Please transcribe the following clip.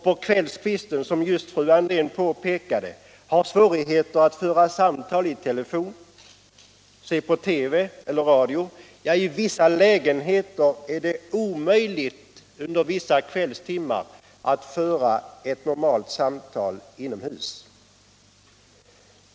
På kvällskvisten har de, som just fru Andrén påpekade, svårigheter att samtala i telefon, att se på TV eller höra radio, ja, i en del lägenheter är det t.o.m. omöjligt att under vissa kvällstimmar föra ett normalt samtal inomhus.